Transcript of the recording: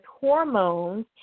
hormones